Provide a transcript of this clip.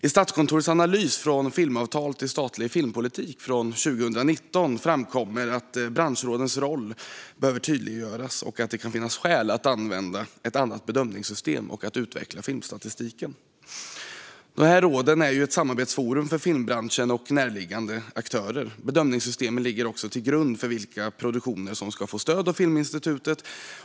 I Statskontorets analys Från filmavtal till statlig filmpolitik från 2019 framkommer att branschrådens roll behöver tydliggöras och att det kan finnas skäl att använda ett annat bedömningssystem och att utveckla filmstatistiken. Råden är ett samarbetsforum för filmbranschen och närliggande aktörer, och bedömningssystemen ligger till grund för vilka produktioner som ska få stöd av Filminstitutet.